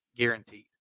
Guaranteed